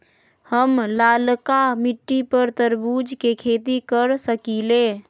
हम लालका मिट्टी पर तरबूज के खेती कर सकीले?